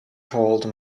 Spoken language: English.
called